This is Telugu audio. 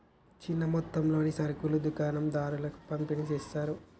చిన్న మొత్తాలలో సరుకులు దుకాణం దారులకు పంపిణి చేస్తారు